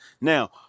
Now